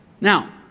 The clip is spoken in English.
Now